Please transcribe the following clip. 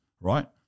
right